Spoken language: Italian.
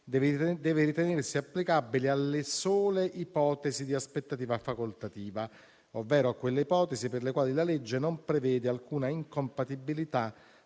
deve ritenersi applicabile alle sole ipotesi di aspettativa facoltativa, ovvero a quelle ipotesi per le quali la legge non prevede alcuna incompatibilità